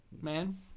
Man